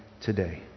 today